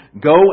go